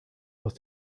aus